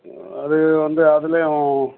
அது வந்து அதுலேவும்